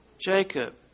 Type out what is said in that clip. Jacob